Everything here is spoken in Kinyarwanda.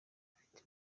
bafite